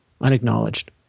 unacknowledged